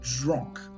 drunk